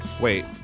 Wait